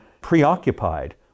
preoccupied